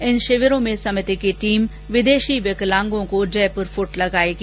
इन शिविरों में सभिति की टीम विदेशी विकलांगों को जयपूर फूट लगाएगी